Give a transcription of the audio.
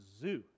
zoo